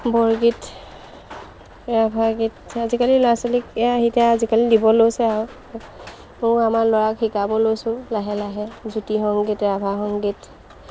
বৰগীত ৰাভা গীত আজিকালি ল'ৰা ছোৱালীক আজিকালি দিব লৈছে আৰু মইও আমাৰ ল'ৰাক শিকাব লৈছোঁ লাহে লাহে জ্যোতি সংগীত ৰাভা সংগীত